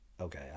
okay